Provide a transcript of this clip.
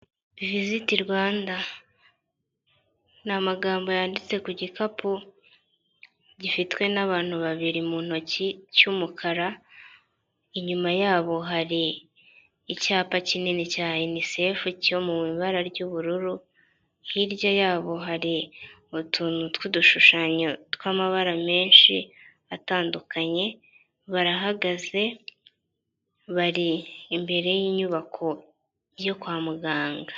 Visit Rwanda n’amagambo yanditse ku gikapu gifitwe n'abantu babiri mu ntoki cy'umukara inyuma yabo hari icyapa kinini cya unicef cyo mw’ibara ry'ubururu hirya yabo hari utuntu tw'udushushanyo tw'amabara menshi atandukanye barahagaze bari imbere y'inyubako yo kwa muganga.